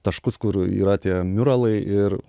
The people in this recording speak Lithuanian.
taškus kur yra tie miuralai ir